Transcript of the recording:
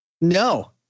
No